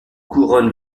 couronne